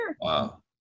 Wow